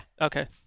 Okay